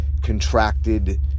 contracted